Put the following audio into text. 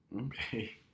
Okay